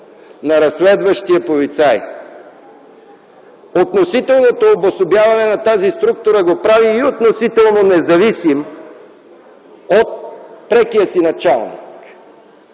на разследващия полицай. Относителното обособяване на тази структура го прави и относително независим от прекия си началник.